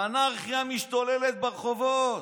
האנרכיה משתוללת ברחובות.